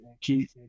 keep